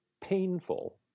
painful